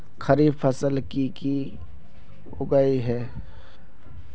खरीफ फसल की की उगैहे?